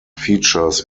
features